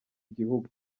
igihugu